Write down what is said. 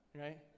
Right